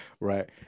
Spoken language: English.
Right